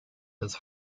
his